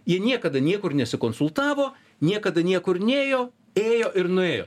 jie niekada niekur nesikonsultavo niekada niekur nėjo ėjo ir nuėjo